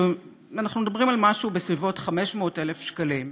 אנחנו מדברים על משהו בסביבות 500,000 שקלים,